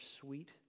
sweet